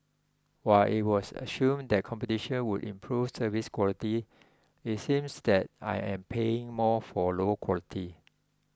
while it was assumed that competition would improve service quality it seems that I am paying more for lower quality